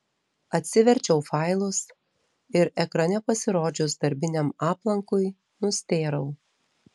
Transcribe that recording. atsiverčiau failus ir ekrane pasirodžius darbiniam aplankui nustėrau